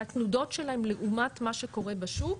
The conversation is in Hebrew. התנודות שלהם לעומת מה שקורה בשוק,